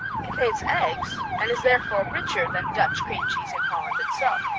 contains eggs, and is therefore richer than dutch cream cheese in holland itself.